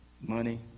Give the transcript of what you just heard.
money